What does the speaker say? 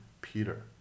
Peter